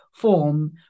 Form